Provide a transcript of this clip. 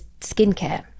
skincare